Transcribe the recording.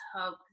hope